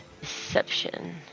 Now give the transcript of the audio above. deception